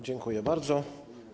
Dziękuję bardzo.